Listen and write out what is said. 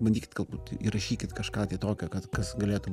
bandykit galbūt įrašykit kažką tai tokio kad kas galėtų